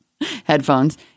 headphones